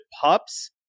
pups